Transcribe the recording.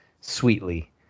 sweetly